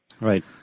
right